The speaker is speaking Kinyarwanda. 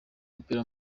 w’umupira